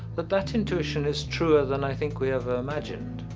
but that intuition is truer than i think we ever imagined.